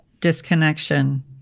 disconnection